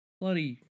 Bloody